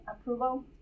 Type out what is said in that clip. approval